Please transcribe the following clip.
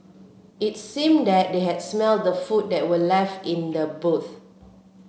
it seemed that they had smelt the food that were left in the boot